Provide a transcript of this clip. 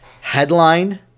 headline